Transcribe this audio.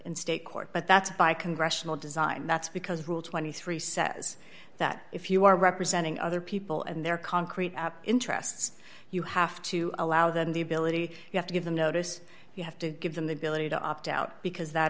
in state court but that's by congressional design that's because rule twenty three says that if you are representing other people and their concrete interests you have to allow them the ability you have to give them notice you have to give them the ability to opt out because that